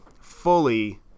fully